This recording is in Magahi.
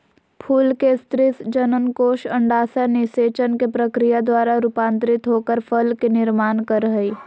फूल के स्त्री जननकोष अंडाशय निषेचन के प्रक्रिया द्वारा रूपांतरित होकर फल के निर्माण कर हई